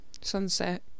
Sunset